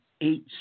eight